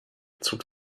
zog